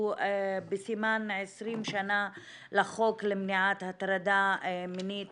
בסימן 20 שנה לחוק למניעת הטרדה מינית